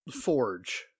Forge